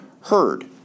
heard